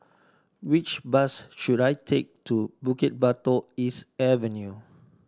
which bus should I take to Bukit Batok East Avenue